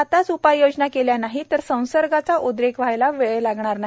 आताच उपाययोजना केल्या नाही तर संसर्गाचा उद्रेक व्हायला वेळ लागणार नाही